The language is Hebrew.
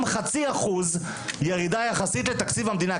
גם 0.5% ירידה יחסית לתקציב המדינה,